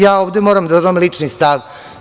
Ja ovde moram da dam lični stav.